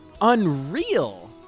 Unreal